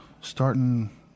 starting